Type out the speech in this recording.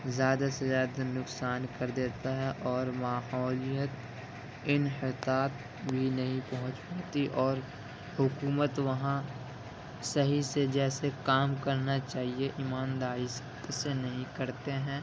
زیادہ سے زیادہ نقصان کر دیتا ہے اور ماحولیاتی انحطاط بھی نہیں پہنچ پاتی اور حکومت وہاں صحیح سے جیسے کام کرنا چاہیے ایمانداری سے ویسے نہیں کرتے ہیں